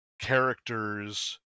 characters